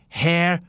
hair